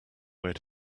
where